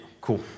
Cool